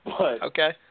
okay